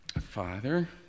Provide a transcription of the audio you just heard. Father